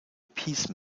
peace